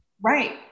Right